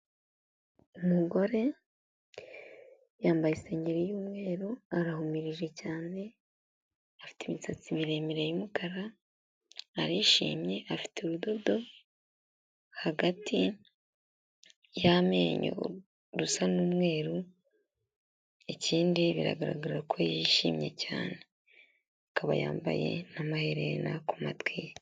Umugore yambaye Isengeri yu'mweru arahumirije cyane afite imisatsi miremire y'umukara arishimye afite urudodo hagati y'amenyo rusa n'umweru ikindi biragaragara ko yishimye cyane akaba yambaye amaherena ku matwi.